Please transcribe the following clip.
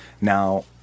Now